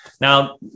Now